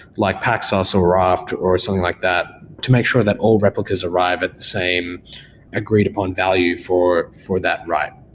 like paxos or raft or something like that to make sure that all replicas arrive at the same agreed upon value for for that write.